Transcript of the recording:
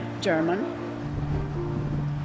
German